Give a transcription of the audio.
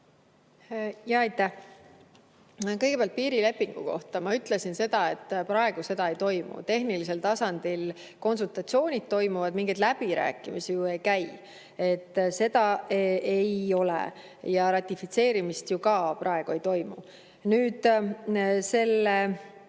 Aitäh! Kõigepealt piirilepingu kohta: ma ütlesin, et praegu seda ei toimu. Toimuvad tehnilisel tasandil konsultatsioonid, mingeid läbirääkimisi ju ei käi. Seda ei ole. Ratifitseerimist ju ka praegu ei toimu. Nüüd küsimuse